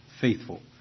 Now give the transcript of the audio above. faithful